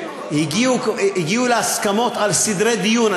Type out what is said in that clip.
שהגיעו להסכמות על סדרי דיון,